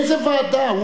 זו לא ועדה.